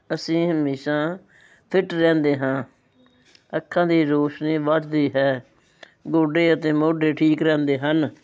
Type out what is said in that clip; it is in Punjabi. ਅਸੀਂ ਹਮੇਸ਼ਾ ਫਿਟ ਰਹਿੰਦੇ ਹਾਂ ਅੱਖਾਂ ਦੀ ਰੋਸ਼ਨੀ ਵਧਦੀ ਹੈ ਗੋਡੇ ਅਤੇ ਮੋਢੇ ਠੀਕ ਰਹਿੰਦੇ ਹਨ